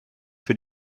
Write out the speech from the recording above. für